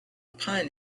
pun